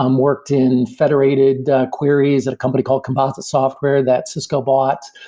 um worked in federated queries at a company called composite software, that cisco bought.